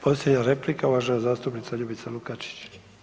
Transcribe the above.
Posljednja replika uvažena zastupnica Ljubica Lukačić.